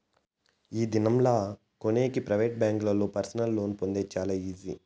ఈ దినం లా కొనేకి ప్రైవేట్ బ్యాంకుల్లో పర్సనల్ లోన్ పొందేది చాలా ఈజీ